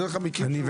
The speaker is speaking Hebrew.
הבאתי דוגמה מהקורונה,